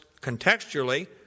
contextually